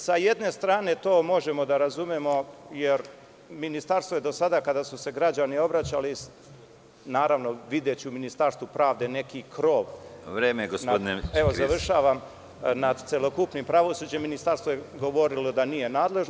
Sa jedne strane to možemo da razumemo jer Ministarstvo je do sada kada su se građani obraćali, naravno videću u Ministarstvu pravde neki krov nad celokupnim pravosuđem, Ministarstvo je govorilo da nije nadležno.